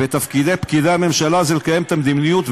ותפקיד פקידי הממשלה הוא לקיים את המדיניות,